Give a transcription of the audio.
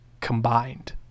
combined